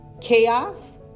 Chaos